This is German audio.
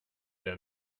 der